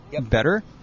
better